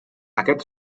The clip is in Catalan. aquest